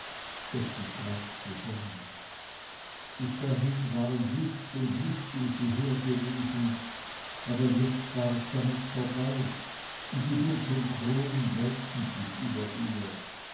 zusammen bis dahin waren luft und licht um sie her gewesen aber jetzt war es damit vorbei und die dunklen kronen wölbten sich über ihr